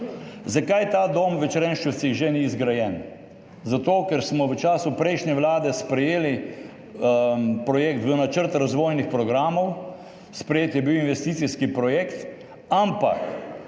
Zakaj ta dom v Črenšovcih ni že zgrajen? Zato ker smo v času prejšnje vlade sprejeli projekt v načrt razvojnih programov, sprejet je bil investicijski projekt, ampak